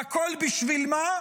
והכול, בשביל מה?